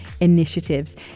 initiatives